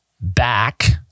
back